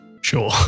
Sure